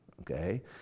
Okay